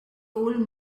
old